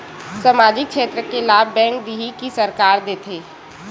सामाजिक क्षेत्र के लाभ बैंक देही कि सरकार देथे?